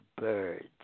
birds